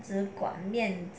只管面子